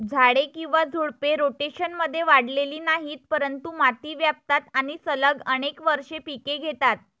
झाडे किंवा झुडपे, रोटेशनमध्ये वाढलेली नाहीत, परंतु माती व्यापतात आणि सलग अनेक वर्षे पिके घेतात